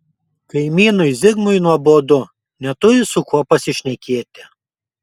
kaimynui zigmui nuobodu neturi su kuo pasišnekėti